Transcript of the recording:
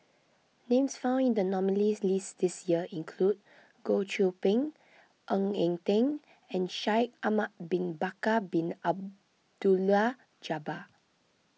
names found in the nominees' list this year include Goh Qiu Bin Ng Eng Teng and Shaikh Ahmad Bin Bakar Bin Abdullah Jabbar